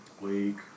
Week